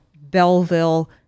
Belleville